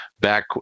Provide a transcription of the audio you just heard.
back